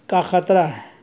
کا خطرہ ہے